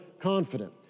confident